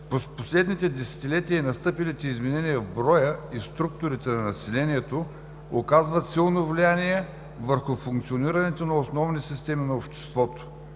последните десетилетия и настъпилите изменения в броя и структурите на населението оказват силно влияние върху функционирането на основни системи на обществото: